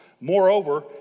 moreover